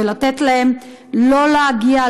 ולתת להם לא להגיע,